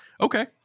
Okay